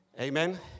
Amen